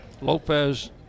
Lopez